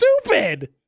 stupid